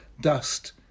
dust